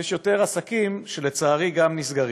ויותר עסקים שלצערי גם נסגרים.